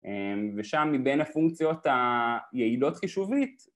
ושם מבין הפונקציות היעילות חישובית